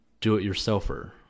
do-it-yourselfer